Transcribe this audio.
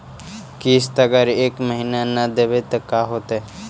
किस्त अगर एक महीना न देबै त का होतै?